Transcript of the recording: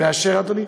מאשר, אדוני?